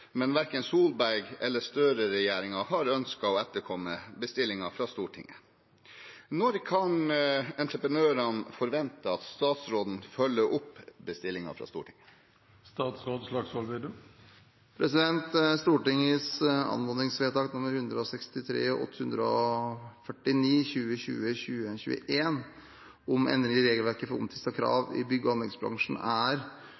men verken Solberg- eller Støre-regjeringen har ønsket å etterkomme bestillingen fra Stortinget. Når kan entreprenørene forvente at statsråden følger opp bestillingen fra Stortinget?» Stortingets anmodningsvedtak nr. 163 og 849 for 2020–2021, om endringer i regelverket for omtvistede krav i bygge- og anleggsbransjen, er